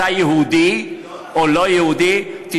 "אתה יהודי או לא-יהודי?" זה לא נכון.